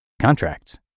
contracts